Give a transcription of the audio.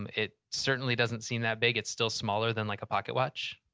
and it certainly doesn't seem that big, it's still smaller than like a pocket watch.